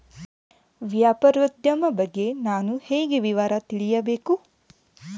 ವ್ಯಾಪಾರೋದ್ಯಮ ಬಗ್ಗೆ ನಾನು ಹೇಗೆ ವಿವರ ತಿಳಿಯಬೇಕು?